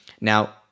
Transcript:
Now